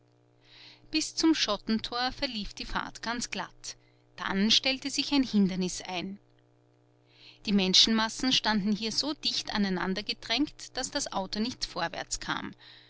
bis zum schottentor verlief die fahrt ganz glatt dann stellte sich ein hindernis ein die menschenmassen standen hier so dicht aneinandergedrängt daß das auto nicht vorwärts kam